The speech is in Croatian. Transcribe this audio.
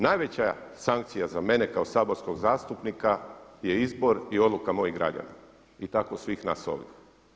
Najveća sankcija za mene kao saborskog zastupnika je izbor i odluka mojih građana i tako svih nas ovdje.